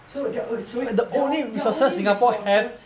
so their uh sorry their their only resources